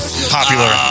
Popular